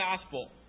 gospel